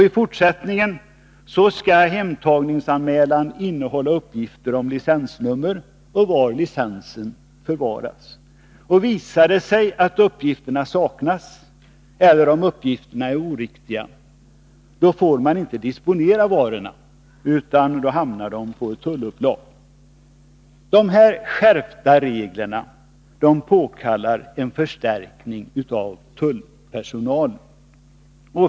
I fortsättningen skall hemtagningsanmälan innehålla uppgifter om licensnummer och om var licensen förvaras. Visar det sig att uppgifterna saknas eller om uppgifterna är oriktiga, får man inte disponera varorna utan de hamnar på ett tullupplag. De skärpta reglerna påkallar en förstärkning av tullpersonalen.